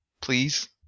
please